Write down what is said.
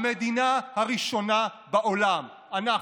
המדינה הראשונה בעולם, אנחנו,